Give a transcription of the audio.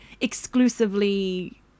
exclusively